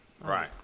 Right